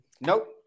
Nope